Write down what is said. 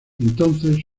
entonces